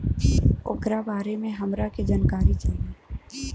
ओकरा बारे मे हमरा के जानकारी चाही?